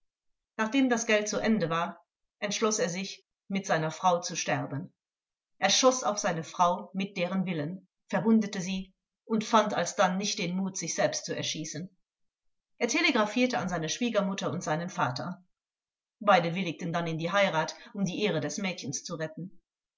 nachdem das geld zu ende war entschloß er sich mit seiner frau zu sterben er schoß auf seine frau mit deren willen verwundete sie und fand alsdann nicht den mut sich selbst zu erschießen er telegraphierte an seine schwiegermutter und seinen vater beide willigten dann in die heirat um die ehre des mädchens zu retten